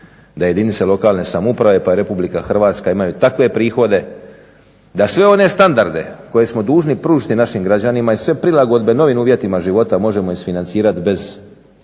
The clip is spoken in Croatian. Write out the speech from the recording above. da jedinice lokalne samouprave, pa i Republika Hrvatska imaju takve prihode da sve one standarde koje smo dužni pružiti našim građanima i sve prilagodbe novim uvjetima života možemo isfinancirati bez